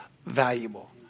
valuable